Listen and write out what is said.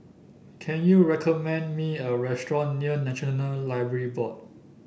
can you recommend me a restaurant near National Library Board